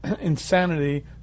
insanity